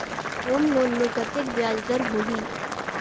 Home loan मे कतेक ब्याज दर होही?